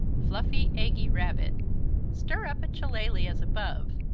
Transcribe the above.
fluffy, eggy rabbit stir up a chilaly as above,